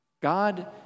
God